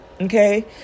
Okay